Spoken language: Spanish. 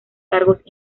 cargos